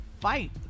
fight